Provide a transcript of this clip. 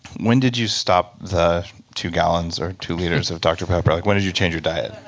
when did you stop the two gallons or two liters of dr pepper? like when did you change your diet?